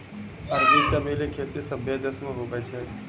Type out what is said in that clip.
अरबी चमेली खेती सभ्भे देश मे हुवै छै